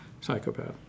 psychopath